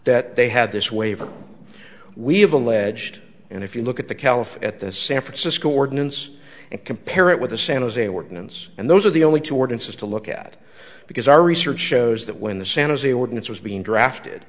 that they had this waiver we have alleged and if you look at the caliph at the san francisco ordinance and compare it with the san jose ordinance and those are the only jordan says to look at because our research shows that when the san jose ordinance was being drafted